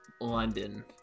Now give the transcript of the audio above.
London